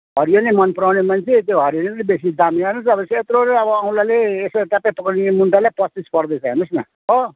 हरियो नै मन पराउने मान्छे त्यो हरियोले नै बेसी दाम यहाँ हेर्नुहोस् न त्यत्रो औँलाले यसो ट्याप्पै पक्रिने मुन्टालाई पच्चिस पर्दैछ हेर्नुहोस् न हो